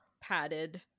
padded